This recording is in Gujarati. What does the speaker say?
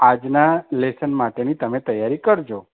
આજના લેસન માટેની તમે તૈયારી કરજો